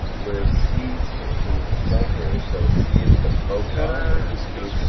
where c sits in the center, so c is the proton? excuse me sir.